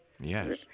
Yes